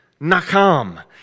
Nakam